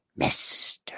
Mr